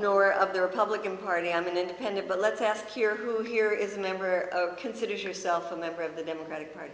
nor of the republican party i'm an independent but let's ask here who here is a member considers yourself a member of the democratic party